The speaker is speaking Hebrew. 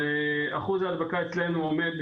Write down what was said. ואחוז ההדבקה אצלנו עומד,